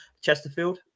Chesterfield